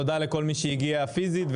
תודה לכל מי שהגיע פיזית,